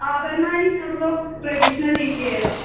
आभरणानि सर्वं ट्रेडिश्नल् रीत्यैव